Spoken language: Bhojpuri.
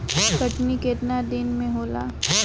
कटनी केतना दिन मे होला?